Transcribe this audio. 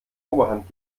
oberhand